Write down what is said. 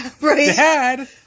Dad